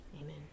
Amen